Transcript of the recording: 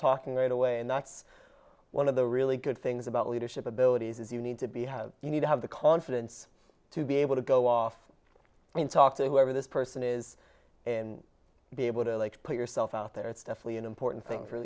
talking right away and that's one of the really good things about leadership abilities is you need to be have you need to have the confidence to be able to go off and talk to whoever this person is and be able to like put yourself out there it's definitely an important thing for